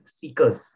seekers